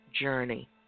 journey